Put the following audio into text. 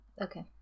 Okay